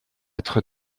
être